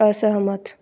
असहमत